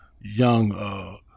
young